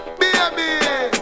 baby